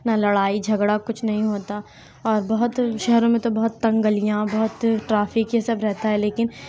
نہ لڑائی جھگڑا کچھ نہیں ہوتا اور بہت شہروں میں تو بہت تنگ گلیاں بہت ٹرافک یہ سب رہتا ہے لیکن